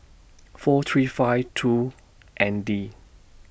four three five two N D